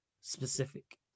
specific